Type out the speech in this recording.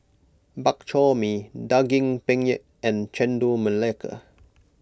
Bak Chor Mee Daging Penyet and Chendol Melaka